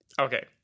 Okay